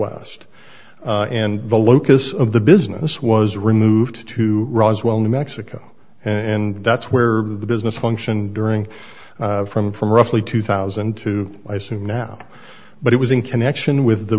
west and the locus of the business was removed to roswell new mexico and that's where the business function during from from roughly two thousand and two i assume now but it was in connection with the